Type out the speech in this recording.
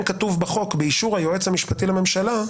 כתוב בחוק: באישור היועץ המשפטי לממשלה,